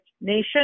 nation